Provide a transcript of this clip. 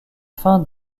fin